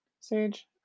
sage